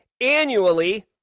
annually